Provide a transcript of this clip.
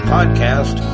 Podcast